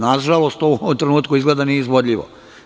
Nažalost, to u ovom trenutku izgleda nije izvodljivo.